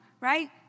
Right